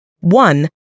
One